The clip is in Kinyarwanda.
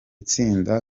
tsinda